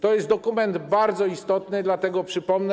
To jest dokument bardzo istotny, dlatego przypomnę.